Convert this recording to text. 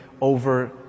over